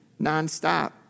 nonstop